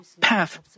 path